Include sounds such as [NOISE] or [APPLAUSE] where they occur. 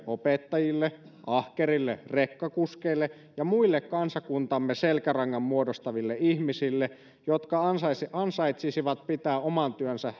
opettajille ahkerille rekkakuskeille ja muille kansakuntamme selkärangan muodostaville ihmisille jotka ansaitsisivat pitää oman työnsä [UNINTELLIGIBLE]